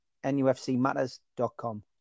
nufcmatters.com